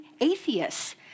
atheists